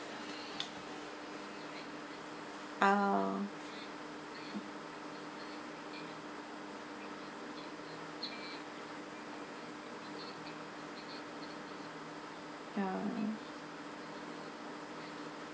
oh ya